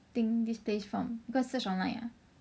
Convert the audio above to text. this place from you go search online ah